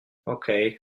okay